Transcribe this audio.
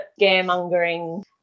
scaremongering